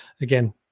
again